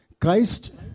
Christ